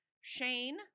Shane